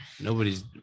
nobody's